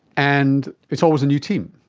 and it's always a new team.